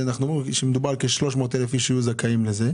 מדובר על כ-300,000 איש שיהיו זכאים לזה.